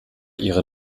ihre